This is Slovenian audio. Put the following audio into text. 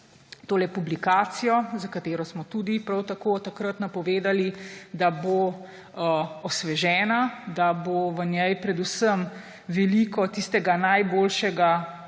tole publikacijo. Zanjo smo tudi prav tako takrat napovedali, da bo osvežena, da bo v njej predvsem veliko tistega najboljšega